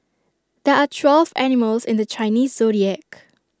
there are twelve animals in the Chinese Zodiac